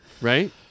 Right